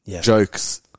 jokes